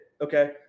Okay